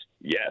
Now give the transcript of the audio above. yes